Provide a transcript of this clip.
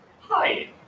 hi